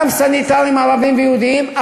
גם סניטרים ערבים ויהודים,